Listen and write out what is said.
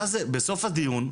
ואז בסוף הדיון,